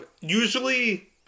usually